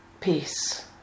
peace